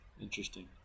Interesting